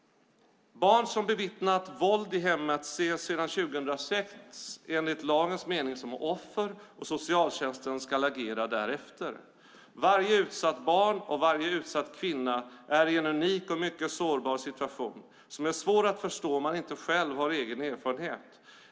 Barn som har bevittnat våld i hemmet ses sedan 2006 enligt lagens mening som offer, och socialtjänsten ska agera därefter. Varje utsatt barn och varje utsatt kvinna är i en unik och mycket sårbar situation som är svår att förstå om man inte har egen erfarenhet.